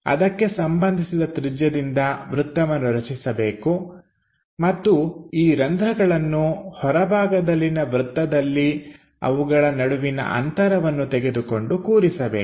ಅದಕ್ಕೆ ಸಂಬಂಧಿಸಿದ ತ್ರಿಜ್ಯದಿಂದ ವೃತ್ತವನ್ನು ರಚಿಸಬೇಕು ಮತ್ತು ಈ ರಂಧ್ರಗಳನ್ನು ಹೊರಭಾಗದಲ್ಲಿನ ವೃತ್ತದಲ್ಲಿ ಅವುಗಳ ನಡುವಿನ ಅಂತರವನ್ನು ತೆಗೆದುಕೊಂಡು ಕೂರಿಸಬೇಕು